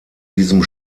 diesem